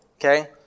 Okay